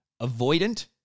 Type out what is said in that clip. avoidant